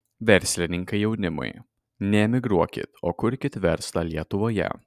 verslininkai jaunimui neemigruokit o kurkit verslą lietuvoje